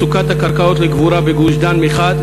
מצוקת הקרקעות לקבורה בגוש-דן מחד,